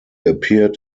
appeared